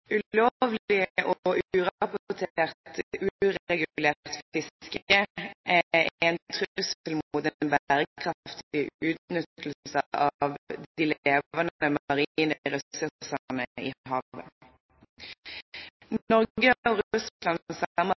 Ulovlig, urapportert og uregulert fiske er en trussel mot en bærekraftig utnyttelse av de levende marine ressursene i havet. Norge og Russland